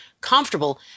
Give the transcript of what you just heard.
comfortable